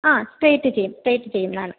ആ സ്ട്രെയിറ്റ് ചെയ്യും സ്ട്രെയിറ്റ് ചെയ്യുന്നതാണ്